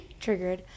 Triggered